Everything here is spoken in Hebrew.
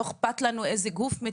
חמה,